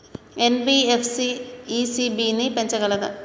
NBFC ECB ని పెంచగలదా?